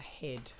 head